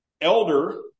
elder